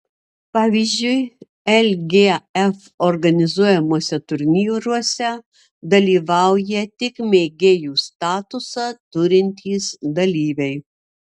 pavyzdžiui lgf organizuojamuose turnyruose dalyvauja tik mėgėjų statusą turintys dalyviai